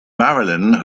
marilyn